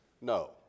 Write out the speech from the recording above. No